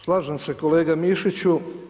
Slažem se kolega Mišiću.